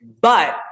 but-